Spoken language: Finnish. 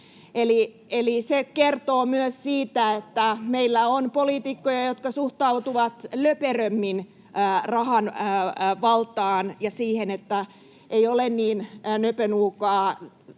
se kertoo myös siitä, että meillä on poliitikkoja, jotka suhtautuvat löperömmin rahan valtaan ja siihen, että ei ole niin nöpönuukaa,